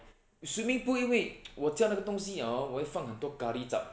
swimming pool 因为 我加的东西 hor 我会放很多 curry zhup